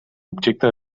objecte